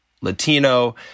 Latino